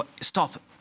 stop